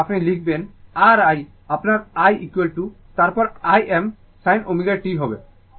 তারপর আপনি লিখবেন R i আপনার i তারপর Im sin ω t হবে